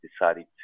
decided